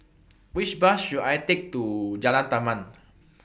Which Bus should I Take to Jalan Taman